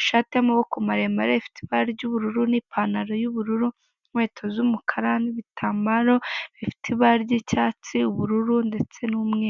ishati y'amaboko maremare ifite ibara ry'ubururu n'ipantaro y'ubururu, inkweto z'umukara n'igitambaro gifite ibara ry'icyatsi, ubururu ndetse n'umweru.